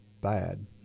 bad